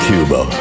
Cuba